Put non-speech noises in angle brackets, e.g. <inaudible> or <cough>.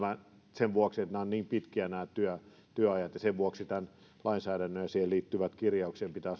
sen vuoksi että nämä työajat ovat niin pitkiä ja sen vuoksi lainsäädännön ja siihen liittyvien kirjauksien pitää <unintelligible>